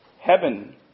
Heaven